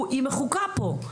היא מחוקה פה.